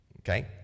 Okay